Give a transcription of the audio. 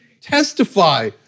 testify